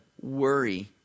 worry